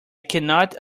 cannot